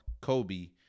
Kobe